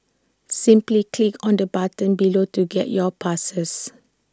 simply click on the button below to get your passes